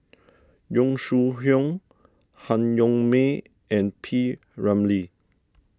Yong Shu Hoong Han Yong May and P Ramlee